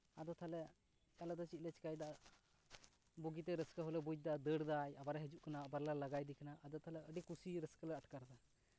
ᱟᱫᱚ ᱛᱟᱦᱞᱮ ᱟᱞᱮ ᱫᱚ ᱪᱮᱫ ᱞᱮ ᱪᱮᱠᱟᱭᱮᱫᱟ ᱵᱩᱜᱤᱛᱮ ᱨᱟᱹᱥᱠᱟᱹ ᱦᱚᱞᱮ ᱵᱩᱡᱽᱫᱟ ᱫᱟᱹᱲ ᱫᱟᱭ ᱟᱵᱟᱨᱮ ᱦᱤᱡᱩᱜ ᱠᱟᱱᱟᱭ ᱟᱵᱟᱨ ᱞᱮ ᱞᱟᱜᱟᱭᱮᱫᱮ ᱠᱟᱱᱟ ᱟᱫᱚ ᱛᱟᱦᱞᱮ ᱟᱹᱰᱤ ᱠᱩᱥᱤ ᱨᱟᱹᱥᱠᱟᱹ ᱞᱮ ᱟᱴᱠᱟᱨ ᱫᱟ